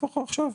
עכשיו.